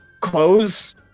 clothes